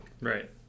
right